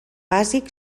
bàsic